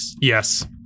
Yes